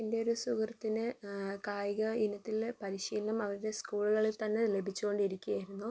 എന്റെ ഒരു സുഹൃത്തിന് കായിക ഇനത്തില് പരിശീലനം അവരുടെ സ്കൂളുകളിൽത്തന്നെ ലഭിച്ചുകൊണ്ടിരിക്കുകയായിരുന്നു